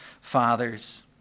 fathers